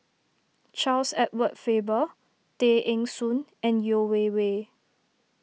Charles Edward Faber Tay Eng Soon and Yeo Wei Wei